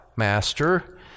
master